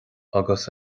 agus